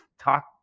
talk